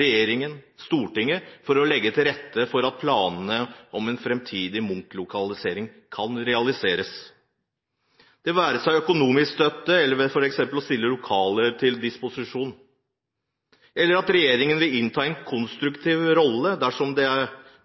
regjeringen og Stortinget for å legge til rette for at planene om en framtidig Munch-lokalisering kan realiseres – det være seg ved økonomisk støtte, ved å stille lokaler til disposisjon, eller ved at regjeringen vil innta en konstruktiv rolle dersom det